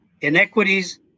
inequities